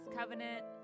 covenant